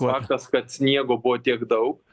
faktas kad sniego buvo tiek daug